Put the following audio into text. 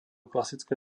klasické